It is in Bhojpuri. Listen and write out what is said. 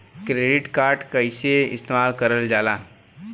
क्रेडिट कार्ड कईसे इस्तेमाल करल जाला?